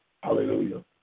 Hallelujah